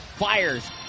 Fires